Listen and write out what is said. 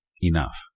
enough